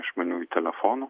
išmaniųjų telefonų